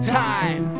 time